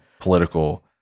political